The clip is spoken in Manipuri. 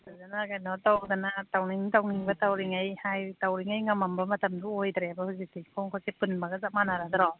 ꯐꯖꯅ ꯀꯩꯅꯣ ꯇꯧꯗꯅ ꯇꯧꯅꯤꯡ ꯇꯧꯅꯤꯡꯕ ꯇꯧꯔꯤꯉꯩ ꯇꯧꯔꯤꯉꯩ ꯉꯝꯃꯝꯕ ꯃꯇꯝꯗꯨ ꯑꯣꯏꯗ꯭ꯔꯦꯕ ꯍꯧꯖꯤꯛꯇꯤ ꯈꯣꯡ ꯈꯨꯠꯁꯦ ꯄꯨꯟꯕꯒ ꯆꯞ ꯃꯥꯟꯅꯗ꯭ꯔꯣ